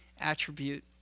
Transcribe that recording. attribute